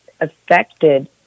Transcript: affected